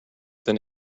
than